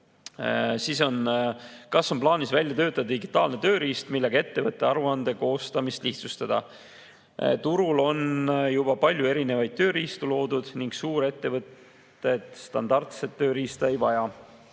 "Kas on plaanis välja töötada digitaalne tööriist, millega ettevõtete aruande koostamist lihtsustada?" Turul on juba palju erinevaid tööriistu loodud ning suurettevõtted standardset tööriista ei vaja.